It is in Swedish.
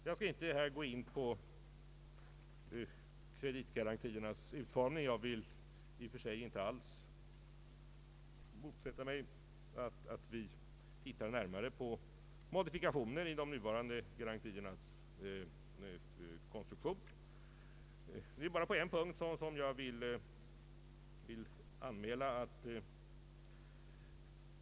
Jag skall inte här gå in på kreditgarantiernas utformning. Jag vill i och för sig inte alls motsätta mig att vi närmare undersöker behovet av eventuella modifikationer i de nuvarande garantiernas konstruktion. Låt mig bara framhålla en sak.